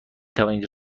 توانید